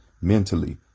Mentally